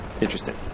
interesting